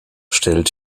stellt